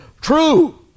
True